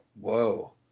whoa